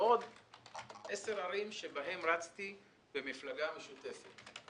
ועוד עשר ערים שבהן רצתי במפלגה משותפת.